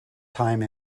time